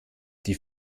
die